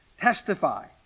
testify